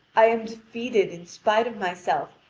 i am defeated in spite of myself,